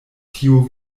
tiu